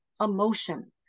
emotion